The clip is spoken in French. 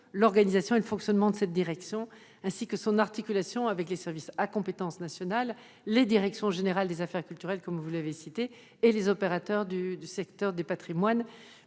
l'organisation et le fonctionnement de cette direction, ainsi que sur son articulation avec les services à compétence nationale, les directions régionales des affaires culturelles, que vous avez citées, et les opérateurs du secteur des patrimoines,